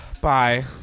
bye